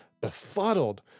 befuddled